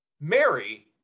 Mary